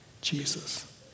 Jesus